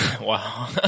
Wow